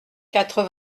quatre